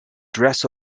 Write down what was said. dress